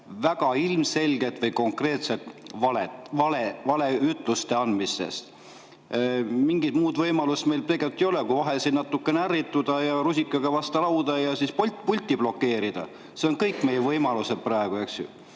väga ilmselgelt või konkreetselt valeütluste andmiselt. Mingit muud võimalust meil ei ole kui vahel natukene ärrituda, rusikaga vastu lauda [lüüa] ja pulti blokeerida – need on kõik meie võimalused praegu, eks ju.